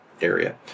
Area